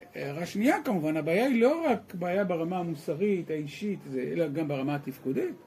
השנייה, כמובן, הבעיה היא לא רק בעיה ברמה המוסרית, האישית, אלא גם ברמה התפקודית.